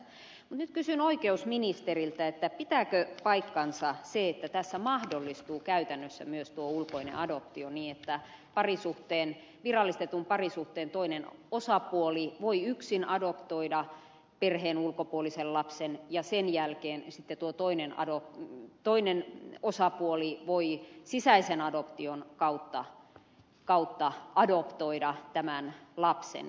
mutta nyt kysyn oikeusministeriltä pitääkö paikkansa se että tässä mahdollistuu käytännössä myös tuo ulkoinen adoptio niin että virallistetun parisuhteen toinen osapuoli voi yksin adoptoida perheen ulkopuolisen lapsen ja sen jälkeen sitten tuo toinen osapuoli voi sisäisen adoption kautta adoptoida tämän lapsen